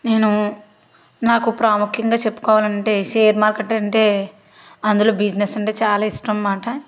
నేను నాకు ప్రాముఖ్యంగా చెప్పుకోవాలంటే షేర్ మార్కెట్ అంటే అందులో బిజినెస్ అంటే చాలా ఇష్టం అనమాట